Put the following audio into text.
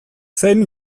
zein